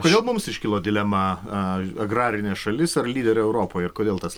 kodėl mums iškilo dilema agrarinė šalis ar lyderė europoje ir kodėl tas